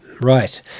right